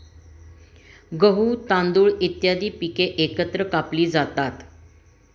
गहू, तांदूळ इत्यादी पिके एकत्र कापली जातात